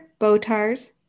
Botars